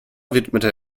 widmete